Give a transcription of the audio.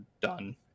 done